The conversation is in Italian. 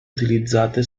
utilizzate